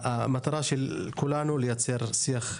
המטרה של כולנו לייצר שיח מכיל,